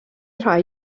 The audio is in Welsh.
rai